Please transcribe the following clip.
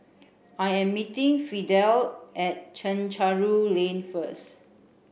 I am meeting Fidel at Chencharu Lane first